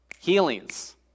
healings